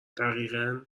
دقیقا